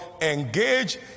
engage